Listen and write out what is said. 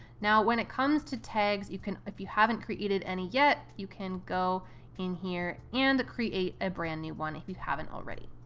now when it comes to tags, you can, if you haven't created any yet, you can go in here and create a brand new one if you haven't already.